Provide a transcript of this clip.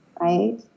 Right